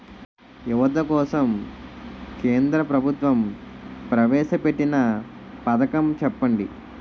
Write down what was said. యువత కోసం కేంద్ర ప్రభుత్వం ప్రవేశ పెట్టిన పథకం చెప్పండి?